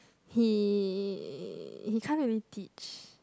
he he can't really teach